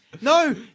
No